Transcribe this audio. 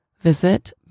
Visit